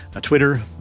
Twitter